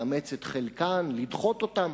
לאמץ את חלקן או לדחות אותן.